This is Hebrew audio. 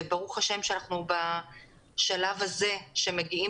וברוך השם שאנחנו בשלב הזה, שמגיעים